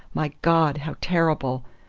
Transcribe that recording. my god! how terrible!